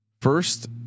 first